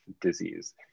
disease